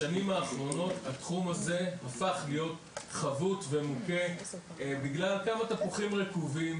בשנים האחרונות התחום הזה הפך להיות חבוט ומוכה בגלל כמה תפוחים רקובים,